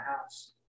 house